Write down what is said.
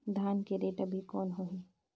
धान के रेट अभी कौन होही?